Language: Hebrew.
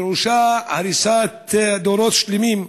פירושה הריסת דורות שלמים.